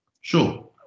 Sure